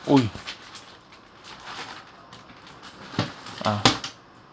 !oi! ah